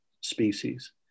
species